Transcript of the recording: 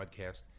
podcast